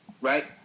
right